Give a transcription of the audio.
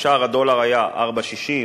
כששער הדולר היה 4.60,